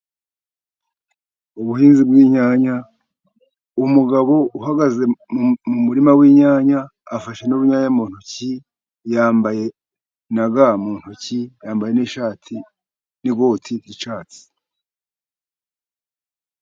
Ubuhinzi bw'inyanya umugabo uhagaze mu murima w'inyanya afashe n'urunyanya mu ntoki yambaye na ga mu ntoki, yambaye ishati n'ikote ry'icyatsi.